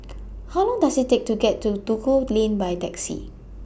How Long Does IT Take to get to Duku Lane By Taxi